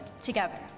together